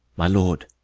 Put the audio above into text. my lord,